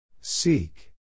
Seek